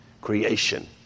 Creation